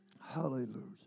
Hallelujah